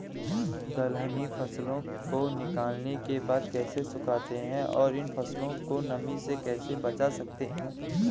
दलहनी फसलों को निकालने के बाद कैसे सुखाते हैं और इन फसलों को नमी से कैसे बचा सकते हैं?